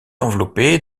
enveloppé